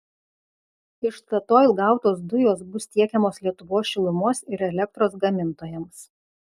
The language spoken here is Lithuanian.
iš statoil gautos dujos bus tiekiamos lietuvos šilumos ir elektros gamintojams